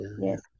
Yes